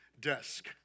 desk